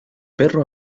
perro